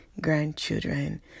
grandchildren